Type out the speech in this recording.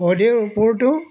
শৱদেহৰ ওপৰতো